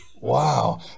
wow